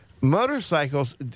Motorcycles